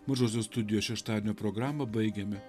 mažosios studijos šeštadienio programą baigiame